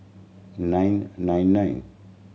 nine nine nine